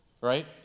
right